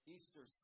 Easter